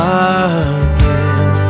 again